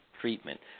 treatment